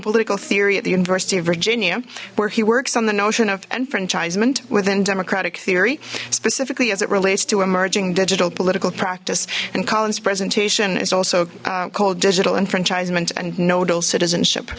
political theory at the university of virginia where he works on the notion of enfranchisement within democratic theory specifically as it relates to emerging digital political practice and colin's presentation is also called digital enfranchisement and nodal citizenship